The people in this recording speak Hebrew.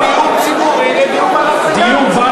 תבדיל בין דיור ציבורי לדיור בר-השגה.